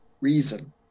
reason